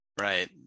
Right